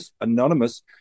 Anonymous